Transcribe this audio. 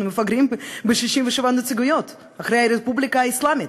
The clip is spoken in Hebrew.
אנחנו מפגרים ב-67 נציגויות אחרי הרפובליקה האסלאמית,